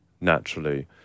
naturally